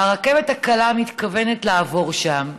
הרכבת הקלה אמורה לעבור שם.